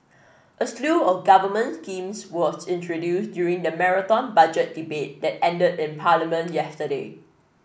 a slew of government schemes was introduced during the Marathon Budget Debate that ended in Parliament yesterday